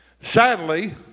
Sadly